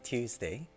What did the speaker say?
Tuesday